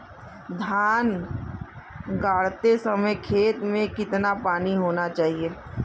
धान गाड़ते समय खेत में कितना पानी होना चाहिए?